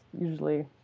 usually